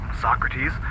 Socrates